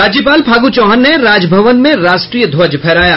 राज्यपाल फागू चौहान ने राजभवन में राष्ट्रीय ध्वज फहराया